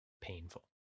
painful